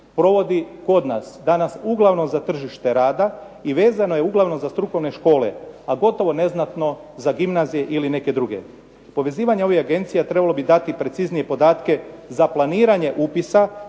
provodi kod nas danas uglavnom za tržište rada i vezano je uglavnom za strukovne škole, a gotovo neznatno za gimnazije ili neke druge. Povezivanje ovih agencija trebalo bi dati preciznije podatke za planiranje upisa